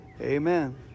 Amen